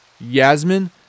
Yasmin